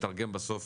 לתרגם בסוף